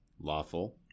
lawful